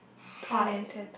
high